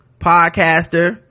podcaster